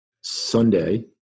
Sunday